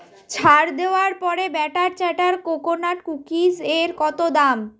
ছাড় দেওয়ার পরে ব্যাটার চ্যাটার কোকোনাট কুকিস এর কতো দাম